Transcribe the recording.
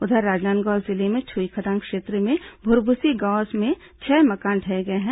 उधर राजनांदगांव जिले में छुईखदान क्षेत्र के भूरभुसी गांव में छह मकान ढह गए हैं